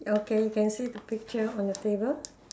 okay you can see the picture on your table